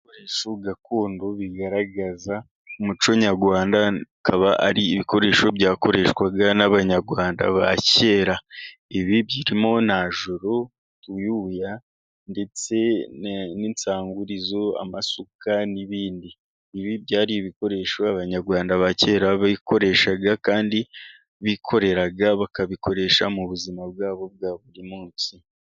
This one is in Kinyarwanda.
Ibikoresho gakondo bigaragaza umuco nyarwanda, bikaba ari ibikoresho byakoreshwaga n'abanyarwanda ba kera, ibi birimo najoro, uyuya ndetse n'insangurizo, amasuka n'ibindi, ibi byari ibikoresho Abanyarwanda ba kera bakoreshaga kandi bikoreraga, bakabikoresha mu buzima bwabo bwa buri munsi.